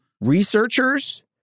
researchers